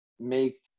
make